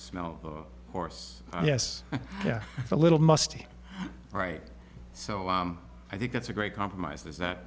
smell of course yes a little musty right so i think that's a great compromise is that